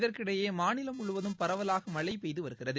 இதற்கிடையே மாநிலம் முழுவதும் பரவலாக மழை பெய்து வருகிறது